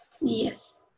Yes